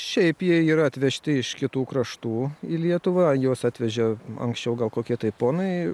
šiaip jie yra atvežti iš kitų kraštų į lietuvą juos atvežė anksčiau gal kokie tai ponai